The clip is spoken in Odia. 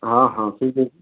ହଁ ହଁ ଠିକ୍ଅଛି